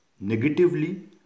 negatively